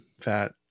fat